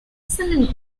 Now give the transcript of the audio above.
excellent